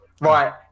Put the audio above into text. Right